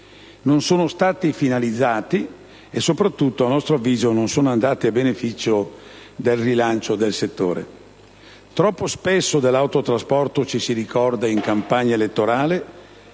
Non sono stati finalizzati e soprattutto, a nostro avviso, non sono andati a beneficio del rilancio del settore. Troppo spesso dell'autotrasporto ci si ricorda in campagna elettorale